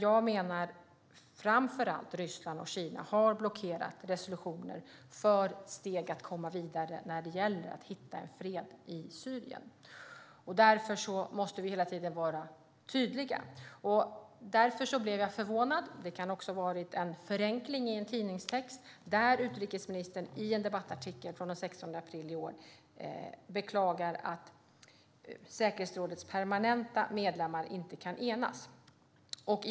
Jag menar att framför allt Ryssland och Kina har blockerat resolutioner för steg mot att komma vidare när det gäller att nå fred i Syrien.Vi måste hela tiden vara tydliga, och därför blev jag förvånad när utrikesministern i en debattartikel den 16 april i år beklagade att säkerhetsrådets permanenta medlemmar inte kan enas. Detta kan ha varit en förenkling i en tidningstext.